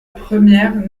première